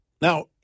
Now